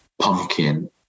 pumpkin